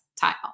tile